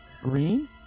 Green